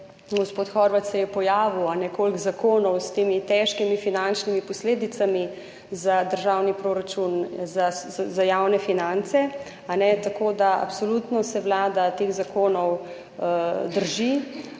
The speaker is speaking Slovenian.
gospod Horvat se je pojavil – koliko zakonov s temi težkimi finančnimi posledicami za državni proračun, za javne finance. Tako da se absolutno Vlada teh zakonov drži.